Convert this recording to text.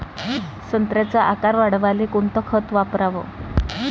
संत्र्याचा आकार वाढवाले कोणतं खत वापराव?